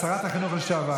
שרת החינוך לשעבר,